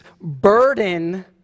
burden